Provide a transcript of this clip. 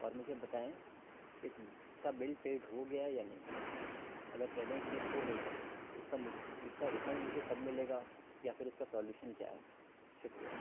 اور مجھے بتائیں اس کا بل پیڈ ہو گیا ہے یا نہیں اگر پیمنٹ مس ہو گئی ہے اس کا اس کا ریفنڈ مجھے کب ملے گا یا پھر اس کا سالوشن کیا ہے شکریہ